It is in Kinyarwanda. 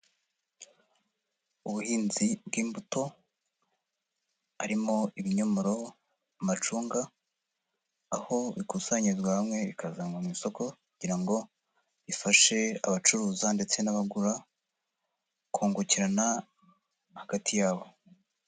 Ubuhinzi bw'imbuto harimo ibinyomoro, amacunga, aho bikusanyirizwa hamwe bikazanwa mu isoko kugira ngo rifashe abacuruza ndetse n'abagura kungukirana hagati yabo.